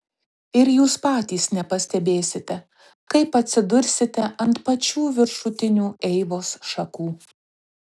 ir jūs patys nepastebėsite kaip atsidursite ant pačių viršutinių eivos šakų